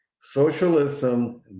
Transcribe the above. Socialism